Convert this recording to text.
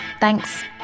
Thanks